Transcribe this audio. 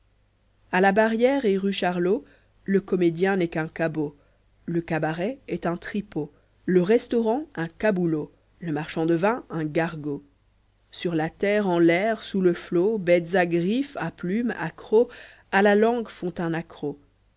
a la barrière et rue chariot le comédien n'est qu'un cabot le cabaret est un tripot le restaurant un caboulot le marchand de vin un gargot sur la terre en l'air sous le flot bêtes à griffes à plumes à croc a la langue font un accroc